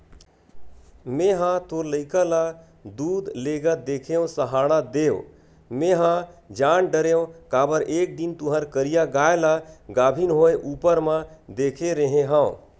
मेंहा तोर लइका ल दूद लेगत देखेव सहाड़ा देव मेंहा जान डरेव काबर एक दिन तुँहर करिया गाय ल गाभिन होय ऊपर म देखे रेहे हँव